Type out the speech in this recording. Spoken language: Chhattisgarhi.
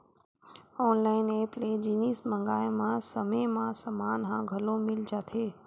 ऑनलाइन ऐप ले जिनिस मंगाए म समे म समान ह घलो मिल जाथे